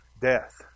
death